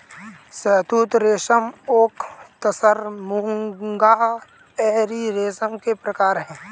शहतूत रेशम ओक तसर मूंगा एरी रेशम के प्रकार है